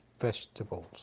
vegetables